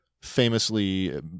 famously